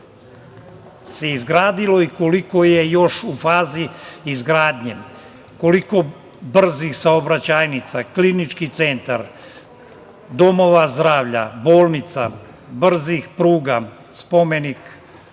se izgradilo i koliko je još u fazi izgradnje, koliko brzih saobraćajnica, Klinički centar, domova zdravlja, bolnica, brzih pruga, spomenik